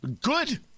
good